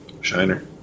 Shiner